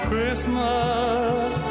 Christmas